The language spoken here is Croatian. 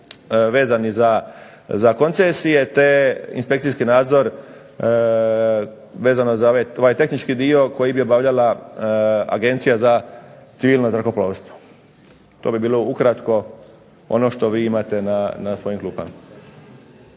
vezani za koncesije, te inspekcijski nadzor vezano za ovaj tehnički dio koji bi obavljala agencija za civilno zrakoplovstvo. To bi bilo ukratko ono što vi imate na svojim klupama.